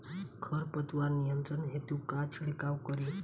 खर पतवार नियंत्रण हेतु का छिड़काव करी?